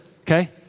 okay